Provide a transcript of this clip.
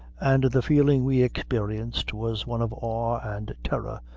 and the feeling we experienced was one of awe and terror,